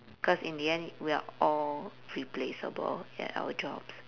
cause in the end we are all replaceable at our jobs